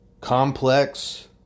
complex